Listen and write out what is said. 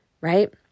right